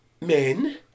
men